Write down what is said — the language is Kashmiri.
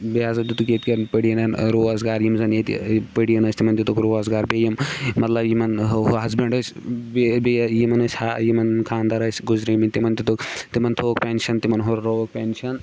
بیٚیہِ ہَسا دِتُکھ ییٚتہِ کٮ۪ن پٔڑیٖنَن روزگار یِم زَن ییٚتہِ پٔڑیٖن ٲسۍ تِمَن دِتُکھ روزگار بیٚیہِ یِم مطلب یِمَن ہُہ ہَسبنٛڈ ٲسۍ بیٚیہِ بیٚیہِ یِمَن ٲسی حا یِمَن خاندار ٲسۍ گُزریمٕتۍ تِمَن دِتُکھ تِمَن تھوٚوُکھ پٮ۪نشَن تِمَن ہُررووُکھ پٮ۪نشَن